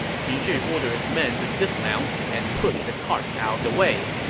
xu zhi ordered his men to dismount and push the carts out of the way.